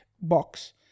box